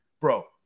bro